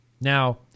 Now